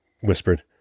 whispered